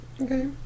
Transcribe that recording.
Okay